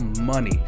money